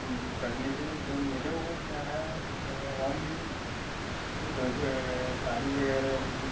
कर लीजिए तो मेरे को क्या है होम जैसे डेक शादी वग़ैरह की